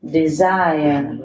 desire